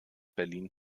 berlin